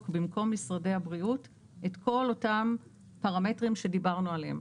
במקום משרדי הבריאות את כל אותם פרמטרים שדיברנו עליהם.